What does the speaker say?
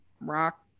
rock